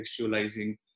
contextualizing